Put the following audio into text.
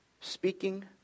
Speaking